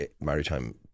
maritime